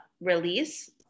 release